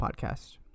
podcast